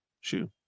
shoe